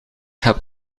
heb